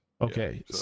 okay